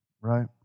right